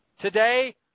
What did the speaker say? today